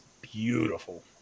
beautiful